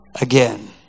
again